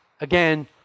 again